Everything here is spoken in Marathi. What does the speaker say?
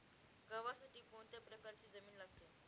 गव्हासाठी कोणत्या प्रकारची जमीन लागते?